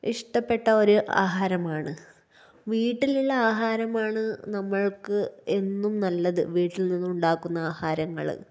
ഇഷ്ടപ്പെട്ട ഒരു ആഹാരമാണ് വീട്ടിലുള്ള ആഹാരമാണ് നമ്മള്ക്ക് എന്നും നല്ലത് വീട്ടില്നിന്നും ഉണ്ടാക്കുന്ന ആഹാരങ്ങള്